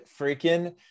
freaking